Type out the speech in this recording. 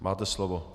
Máte slovo.